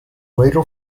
radio